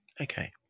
Okay